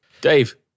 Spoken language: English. Dave